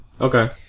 Okay